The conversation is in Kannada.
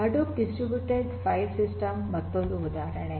ಹಡೂಪ್ ಡಿಸ್ಟ್ರಿಬ್ಯುಟೆಡ್ ಫೈಲ್ ಸಿಸ್ಟಮ್ ಮತ್ತೊಂದು ಉದಾಹರಣೆ